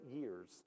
years